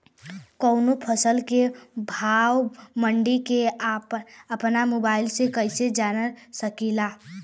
कवनो फसल के भाव मंडी के अपना मोबाइल से कइसे जान सकीला?